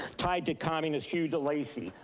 tied to communist hugh delacey.